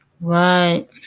Right